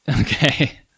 okay